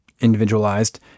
Individualized